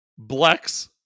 Blex